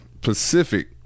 pacific